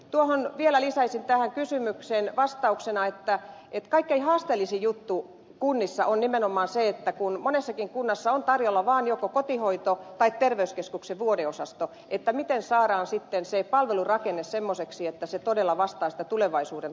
tuohon kysymykseen vielä lisäisin vastauksena että kaikkein haasteellisin juttu kunnissa on nimenomaan se kun monessakin kunnassa on tarjolla vaan joko kotihoito tai terveyskeskuksen vuodeosasto että miten saadaan se palvelurakenne semmoiseksi että se todella vastaa niitä tulevaisuuden tarpeita